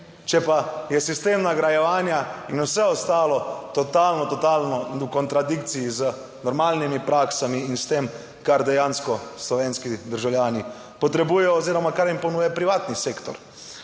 če pa je sistem nagrajevanja in vse ostalo totalno, totalno v kontradikciji z normalnimi praksami in s tem, kar dejansko slovenski državljani potrebujejo oziroma kar jim ponuja privatni sektor.